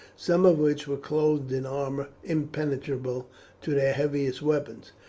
some of which were clothed in armour impenetrable to their heaviest weapons.